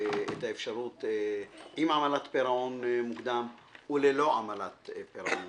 את האפשרות עם עמלת פירעון מוקדם וללא עמלת פירעון.